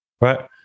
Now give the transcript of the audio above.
Right